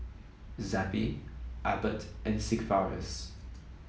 Zappy Abbott and Sigvaris